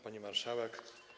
Pani Marszałek!